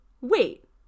Wait